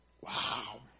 Wow